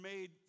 made